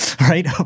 right